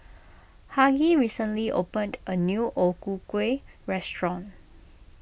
Hughie recently opened a new O Ku Kueh restaurant